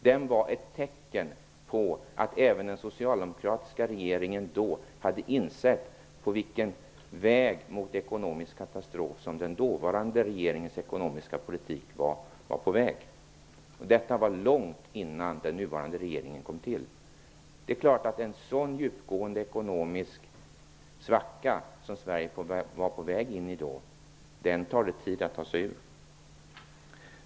Den var tecken på att även den socialdemokratiska regeringen då hade insett att den dåvarande ekonomiska politiken var på väg mot en katastrof. Detta var långt innan den nuvarande regeringen kom till. Det är klart att det tar tid att ta sig ur en så djupgående ekonomisk svacka som Sverige då var på väg in i.